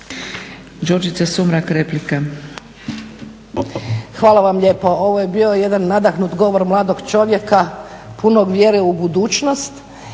Hvala vam lijepo. Ovo je bio jedan nadahnuti govor mladog čovjeka punog vjere u budućnost